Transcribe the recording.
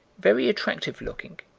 very attractive-looking,